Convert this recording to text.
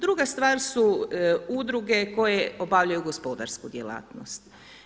Druga stvar su udruge koje obavljaju gospodarsku djelatnost.